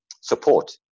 support